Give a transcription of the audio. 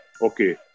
Okay